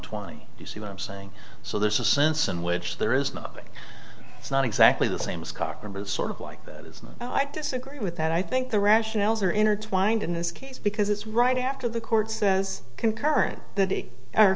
twenty you see what i'm saying so there's a sense in which there is nothing it's not exactly the same as cochran but a sort of like that is not i disagree with that i think the rationales are intertwined in this case because it's right after the court says concurrent